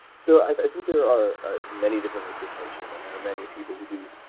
so i think there are ah many different ways to approach it, and there are many people who do